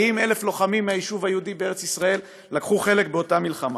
40,000 לוחמים מהיישוב היהודי בארץ ישראל לקחו חלק באותה מלחמה.